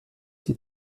die